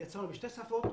יצאנו בשתי שפות,